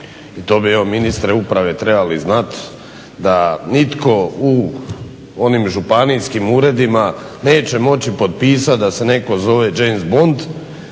I to bi evo ministre Uprave trebali znati da nitko u onim županijskim uredima neće moći potpisati da se netko zove James Bond